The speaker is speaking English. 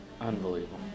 Unbelievable